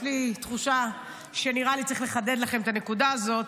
יש לי תחושה שנראה לי שצריך לחדד את הנקודה הזאת,